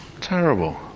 Terrible